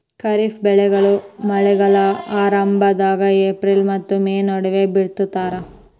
ಖಾರಿಫ್ ಬೆಳೆಗಳನ್ನ ಮಳೆಗಾಲದ ಆರಂಭದಾಗ ಏಪ್ರಿಲ್ ಮತ್ತ ಮೇ ನಡುವ ಬಿತ್ತತಾರ